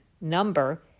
number